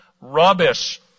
rubbish